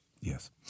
Yes